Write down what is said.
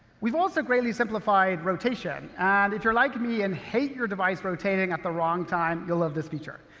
we've also greatly simplified rotation. and, if you're like me, and hate your device rotating at the wrong time you'll love this feature.